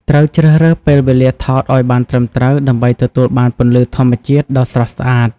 ត្រូវជ្រើសរើសពេលវេលាថតឲ្យបានត្រឹមត្រូវដើម្បីទទួលបានពន្លឺធម្មជាតិដ៏ស្រស់ស្អាត។